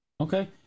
Okay